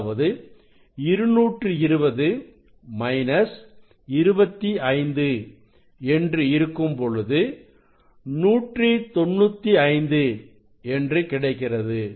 அதாவது 220 மைனஸ் 25 என்று இருக்கும்பொழுது 195 என்று கிடைக்கிறது